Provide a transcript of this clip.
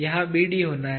यह BD होना है